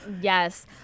Yes